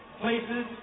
places